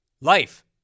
Life